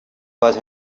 was